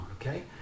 okay